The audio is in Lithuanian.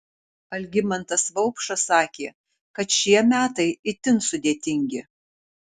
algimantas vaupšas sakė kad šie metai itin sudėtingi